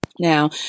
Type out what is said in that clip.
Now